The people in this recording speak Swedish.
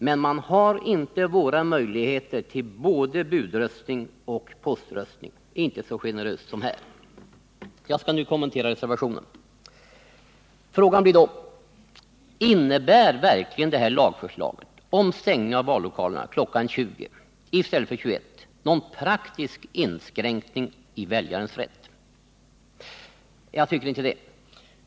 Men man har inte så generöst som här möjligheter till både budröstning och poströstning. Jag skall nu kommentera reservationen. Frågan blir då: Innebär verkligen lagförslaget om stängning av vallokalerna kl. 20 i stället för kl. 21 någon praktisk inskränkning i väljarens rätt? Jag tycker inte det.